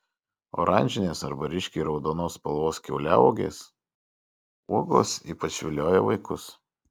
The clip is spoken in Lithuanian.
oranžinės arba ryškiai raudonos spalvos kiauliauogės uogos ypač vilioja vaikus